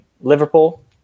Liverpool